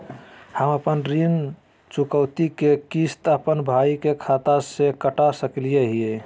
हम अपन ऋण चुकौती के किस्त, अपन भाई के खाता से कटा सकई हियई?